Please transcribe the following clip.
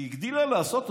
היא הגדילה לעשות,